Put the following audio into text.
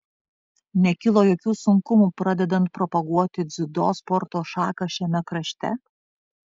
nekilo jokių sunkumų pradedant propaguoti dziudo sporto šaką šiame krašte